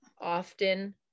Often